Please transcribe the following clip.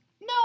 No